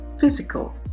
physical